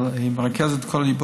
היא מרכזת את הכול,